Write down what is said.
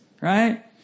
Right